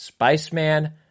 Spiceman